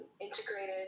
integrated